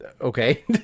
okay